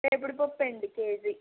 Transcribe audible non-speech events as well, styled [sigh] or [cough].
[unintelligible] పప్పు కేజీ